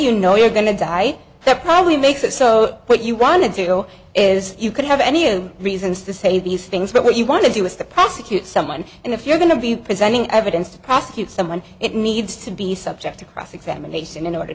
you know you're going to die that probably makes it so what you want to do is you could have any you reasons to say these things but what you want to do is to prosecute someone and if you're going to be presenting evidence to prosecute someone it needs to be subject to cross examination in order to